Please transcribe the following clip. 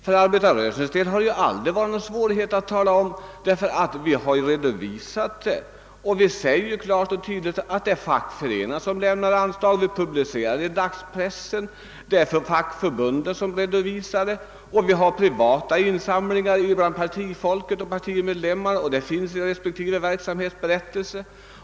För arbetarrörelsens del har detta aldrig varit någon svårighet; vi har publicerat i dagspressen vilka fackföreningar och vilka fackförbund som har lämnat anslag. Vi har även privata insamlingar bland partimedlemmarna, och resultaten av dessa redovisas i respektive verksamhetsberättelser.